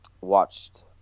watched